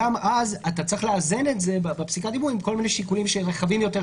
גם אז אתה צריך לאזן את זה עם כל מיני שיקולים רחבים יותר,